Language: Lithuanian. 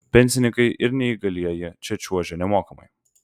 pensininkai ir neįgalieji čia čiuožia nemokamai